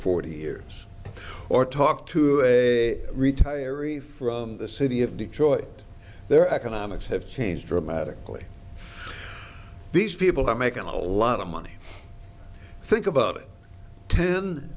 forty years or talk to a retiree from the city of detroit their economics have changed dramatically these people are making a lot of money think about it ten